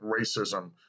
racism